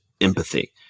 empathy